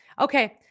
Okay